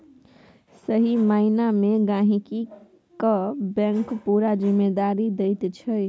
सही माइना मे गहिंकी केँ बैंक पुरा जिम्मेदारी दैत छै